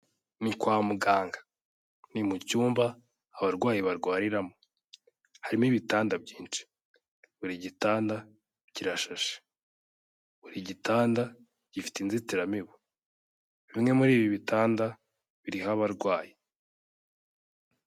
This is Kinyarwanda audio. Ni kwa muganga. Ni mu cyumba abarwayi barwariramo. Harimo ibitanda byinshi. Buri gitanda kirashashe. Buri gitanda gifite inzitiramibu. Bimwe muri ibi bitanda biriho abarwayi.